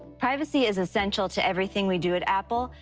privacy is essential to everything we do at apple,